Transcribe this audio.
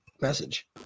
message